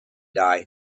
die